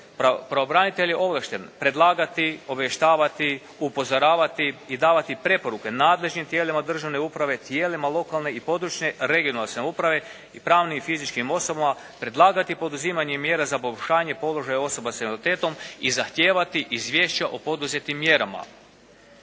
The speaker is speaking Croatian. Pravobranitelj je ovlašten predlagati, obavještavati, upozoravati i davati preporuke nadležnim tijelima državne uprave, tijelima lokalne i područne (regionalne) samouprave i pravnim i fizičkim osobama predlagati poduzimanje mjera za poboljšanje položaja osoba sa invaliditetom i zahtijevati izvješća o poduzetim mjerama.